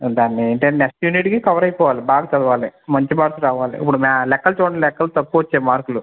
దాన్ని ఏంటి అంటే నెక్స్ట్ యూనిట్కి కవర్ అయిపోవాలి బాగా చదవాలి మంచి మార్కులు రావాలి ఇప్పడు మ్యా లెక్కలు చూడండి లెక్కలు తక్కువ వచ్చాయి మార్కులు